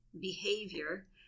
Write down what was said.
behavior